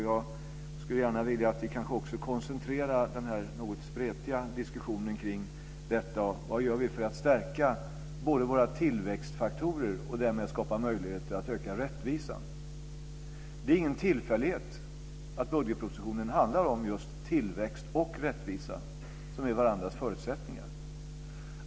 Jag skulle gärna vilja att vi kanske koncentrerade den här något spretiga diskussionen till vad vi gör för att stärka våra tillväxtfaktorer och därmed skapa möjligheter att öka rättvisan. Det är ingen tillfällighet att budgetpropositionen handlar om just tillväxt och rättvisa. De är varandras förutsättningar.